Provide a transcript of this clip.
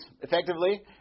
effectively